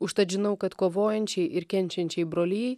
užtat žinau kad kovojančiai ir kenčiančiai brolijai